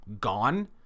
gone